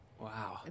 Wow